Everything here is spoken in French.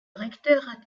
recteur